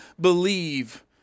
believe